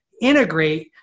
integrate